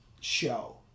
show